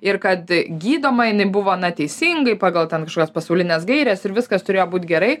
ir kad gydoma jinai buvo na teisingai pagal ten kažkokias pasaulines gaires ir viskas turėjo būt gerai